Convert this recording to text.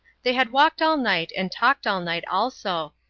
they had walked all night and talked all night also,